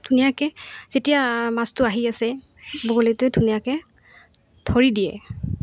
ধুনীয়াকৈ যেতিয়া মাছটো আহি আছে বগলীটোৱে ধুনীয়াকে ধৰি দিয়ে